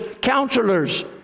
counselors